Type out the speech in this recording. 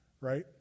right